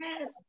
Yes